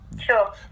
Sure